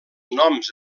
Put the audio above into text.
noms